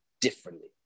differently